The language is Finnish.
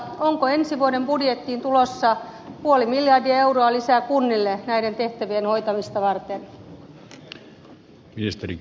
onko ensi vuoden budjettiin tulossa puoli miljardia euroa lisää kunnille näiden tehtävien hoitamista varten